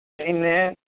Amen